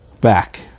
back